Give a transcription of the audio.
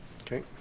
Okay